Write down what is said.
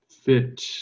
fit